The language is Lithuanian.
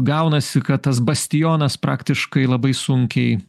gaunasi kad tas bastionas praktiškai labai sunkiai